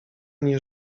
nie